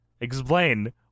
explain